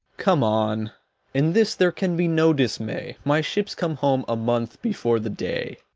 come on in this there can be no dismay my ships come home a month before the day.